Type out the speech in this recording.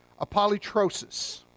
apolytrosis